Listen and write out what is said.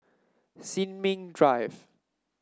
Sin Ming Drive